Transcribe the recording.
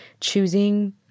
choosing